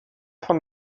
von